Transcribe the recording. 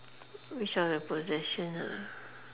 which are the possession ah